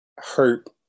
hurt